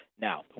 Now